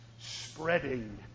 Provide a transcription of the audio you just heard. spreading